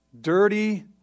dirty